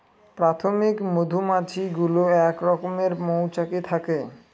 প্রাথমিক মধুমাছি গুলো এক রকমের মৌচাকে থাকে